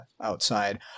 outside